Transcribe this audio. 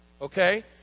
okay